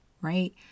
right